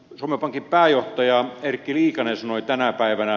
suomen pankin pääjohtaja erkki liikanen sanoi tänä päivänä